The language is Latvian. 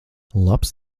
labs